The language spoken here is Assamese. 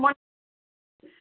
মই